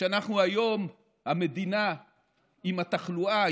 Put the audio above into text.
שאנחנו היום המדינה עם התחלואה,